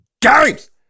games